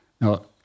no